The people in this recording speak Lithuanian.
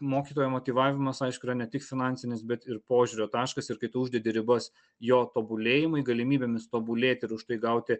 mokytojo motyvavimas aišku yra ne tik finansinis bet ir požiūrio taškas ir kai tu uždedi ribos jo tobulėjimui galimybėmis tobulėti ir už tai gauti